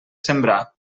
sembrar